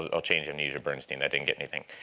ah i'll change amnesia bernstein that didn't get anything.